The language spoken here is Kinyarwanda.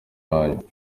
wanjye